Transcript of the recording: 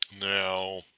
Now